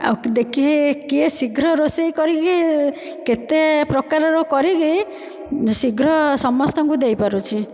ଆଉ ଦେଖି କିଏ ଶୀଘ୍ର ରୋଷେଇ କରିକି କେତେ ପ୍ରକାରର କରିକି ଶୀଘ୍ର ସମସ୍ତଙ୍କୁ ଦେଇପାରୁଛି